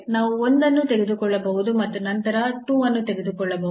ನಾವು ಒಂದನ್ನು ತೆಗೆದುಕೊಳ್ಳಬಹುದು ಮತ್ತು ನಂತರ 2 ಅನ್ನು ತೆಗೆದುಕೊಳ್ಳಬಹುದು